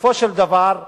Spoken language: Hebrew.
בסופו של דבר מלים,